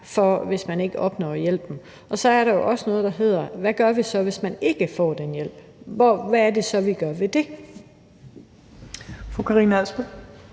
hvis man ikke opnår hjælpen. Så er der jo også noget, der hedder: Hvad gør vi så, hvis man ikke får den hjælp? Hvad er det så, vi gør ved det? Kl.